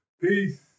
Peace